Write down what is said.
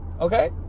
Okay